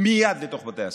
מייד, לתוך בתי הספר.